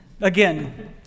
Again